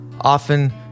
Often